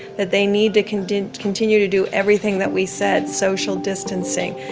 that they need to continue continue to do everything that we said social distancing,